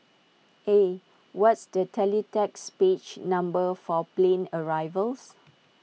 eh what's the teletext page number for plane arrivals